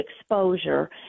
Exposure